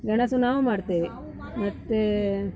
ಗೆಣಸು ನಾವೂ ಮಾಡ್ತೇವೆ ಮತ್ತೆ